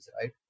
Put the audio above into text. right